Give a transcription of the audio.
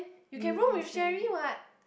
you can room with Cherry what